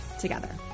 together